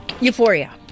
Euphoria